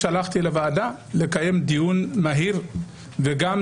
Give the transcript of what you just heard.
בנוסף לכך שלחתי לוועדה בקשה לקיים דיון מהיר ושלחתי